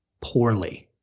poorly